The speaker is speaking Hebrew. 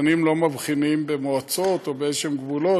התנים לא מבחינים במועצות או באיזשהם גבולות,